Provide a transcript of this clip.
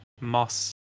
Moss